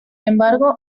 embargo